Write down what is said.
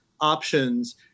options